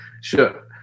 Sure